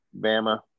Bama